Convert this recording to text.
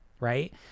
right